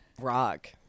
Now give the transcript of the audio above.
rock